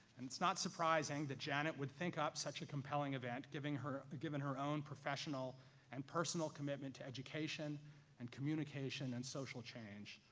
and it's not surprising that janet would think up such a compelling event given her given her own professional and personal commitment to education and communication and social change.